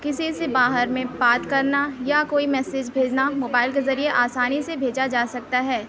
کسی سی باہر میں بات کرنا یا کوئی میسج بھیجنا موبائل کے ذریعے آسانی سے بھیجا جا سکتا ہے